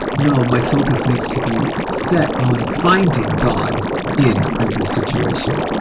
no, my focus needs to be set on finding god in every situation.